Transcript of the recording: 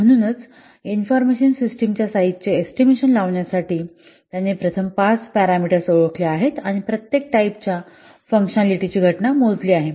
म्हणून इन्फॉर्मेशन सिस्टिमच्या साईझाचे एस्टिमेशन लावण्यासाठी त्याने प्रथम पाच पॅरामीटर्स ओळखले आहेत आणि प्रत्येक टाईपच्या फंकशनॅलिटीची घटना मोजली आहे